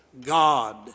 God